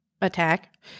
attack